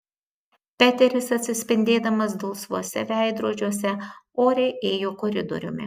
peteris atsispindėdamas dulsvuose veidrodžiuose oriai ėjo koridoriumi